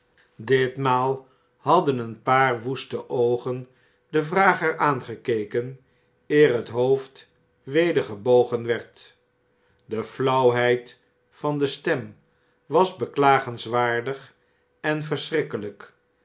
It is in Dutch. ditmaal hadden een paar woeste oogen den vrager aangekeken eer het hoofd weder gebogen werd de flauwheid van de stem was beklagenswaardig en verschrikkeliik